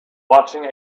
watching